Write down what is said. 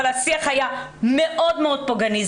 אבל השיח היה מאוד מאוד פוגעני.